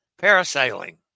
parasailing